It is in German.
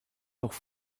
noch